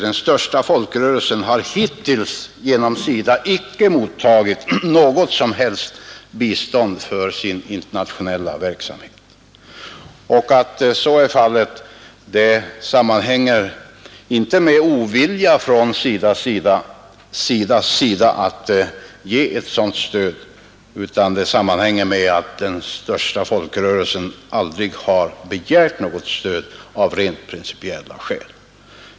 Den största folkrörelsen har hittills genom SIDA icke mottagit något som helst stöd för sin internationella verksamhet. Att så är fallet sammanhänger inte med ovilja från SIDA :s sida, utan det sammanhänger med att den största folkrörelsen av rent principiella skäl aldrig har begärt något stöd.